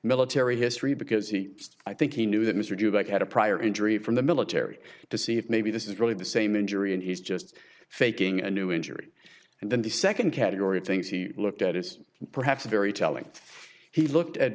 military history because he says i think he knew that mr jew about had a prior injury from the military to see if maybe this is really the same injury and he's just faking a new injury and then the second category of things he looked at is perhaps a very telling he looked at